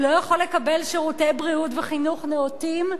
הוא לא יכול לקבל שירותי בריאות וחינוך נאותים,